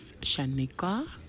Shanika